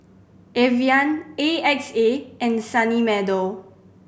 Evian A X A and Sunny Meadow